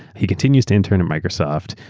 he continues to intern at microsoft.